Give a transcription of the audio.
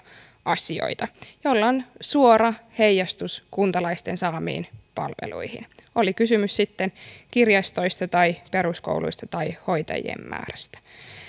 asioita joilla on suora heijastus kuntalaisten saamiin palveluihin oli kysymys sitten kirjastoista tai peruskouluista tai hoitajien määrästä